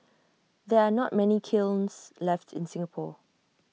there are not many kilns left in Singapore